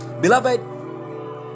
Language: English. beloved